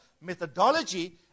methodology